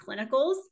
clinicals